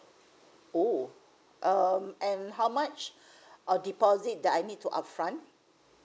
oh um and how much uh deposit that I need to up front